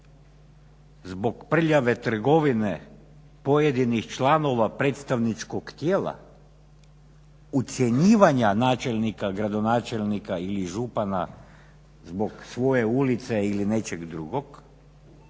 zbog prljave trgovine pojedinih članova predstavničkog tijela, ucjenjivanja načelnika, gradonačelnika ili župana zbog svoje ulice ili nečeg drugog,